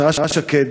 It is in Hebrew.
השרה שקד,